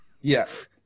yes